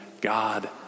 God